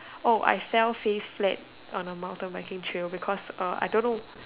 oh I fell face flat on a mountain biking trail because uh I don't know